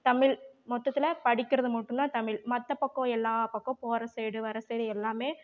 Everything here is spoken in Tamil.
தமிழ் மொத்தத்தில் படிக்கிறது மட்டும்தான் தமிழ் மற்ற பக்கம் எல்லா பக்கம் போகிற சைடு வர சைடு எல்லாமே